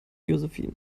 josephine